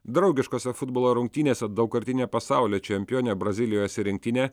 draugiškose futbolo rungtynėse daugkartinė pasaulio čempionė brazilijos rinktinė